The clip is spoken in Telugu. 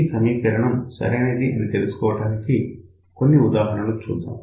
ఈ సమీకరణం సరైనది అని తెలుసుకోవడానికి కొన్ని ఉదాహరణలు చూద్దాం